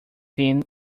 thin